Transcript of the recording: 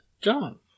John